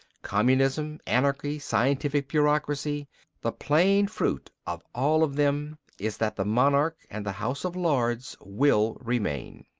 communism, anarchy, scientific bureaucracy the plain fruit of all of them is that the monarchy and the house of lords will remain.